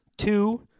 two